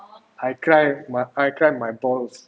I cry I cry my balls